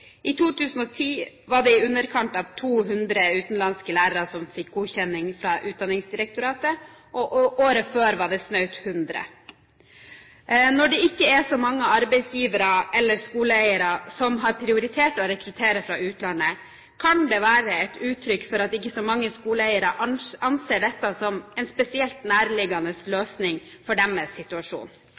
I 2010 var det i underkant av 200 utenlandske lærere som fikk godkjenning fra Utdanningsdirektoratet, og året før var det snaut 100. Når det ikke er så mange arbeidsgivere eller skoleeiere som har prioritert å rekruttere fra utlandet, kan det være et uttrykk for at ikke så mange skoleeiere anser dette som en spesielt nærliggende løsning for deres situasjon.